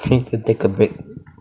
take a break